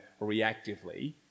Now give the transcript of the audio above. reactively